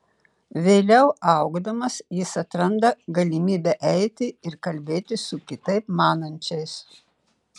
vėliau augdamas jis atranda galimybę eiti ir kalbėtis su kitaip manančiais